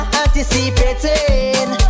anticipating